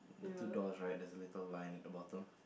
the two doors right there's a little line at the bottom